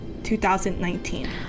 2019